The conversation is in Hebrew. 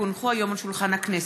כי הונחו היום על שולחן הכנסת,